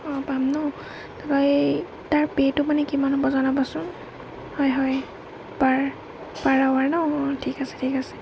অঁ পাম ন তই তাৰ পে' টো মানে কিমান হ'ব জনাবচোন হয় হয় পাৰ পাৰ আৱাৰ ন অঁ ঠিক আছে ঠিক আছে